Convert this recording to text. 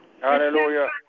Hallelujah